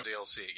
dlc